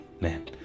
man